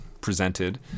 presented